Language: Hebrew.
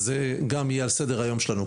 זה גם יהיה על סדר היום שלנו.